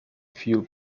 fuel